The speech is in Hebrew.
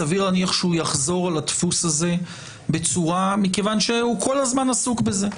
סביר להניח שהוא יחזור על הדפוס הזה מכיוון שהוא כול הזמן עסוק בזה.